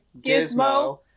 Gizmo